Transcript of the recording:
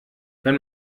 wenn